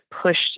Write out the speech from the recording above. pushed